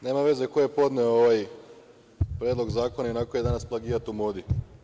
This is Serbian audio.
Nema veze ko je podneo ovaj Predlog zakona, ionako je danas plagijat u modi.